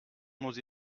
nous